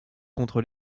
contre